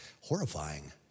horrifying